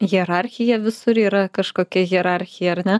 hierarchija visur yra kažkokia hierarchija ar ne